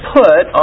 put